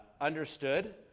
understood